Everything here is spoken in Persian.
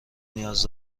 نیاز